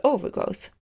Overgrowth